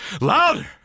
Louder